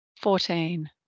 fourteen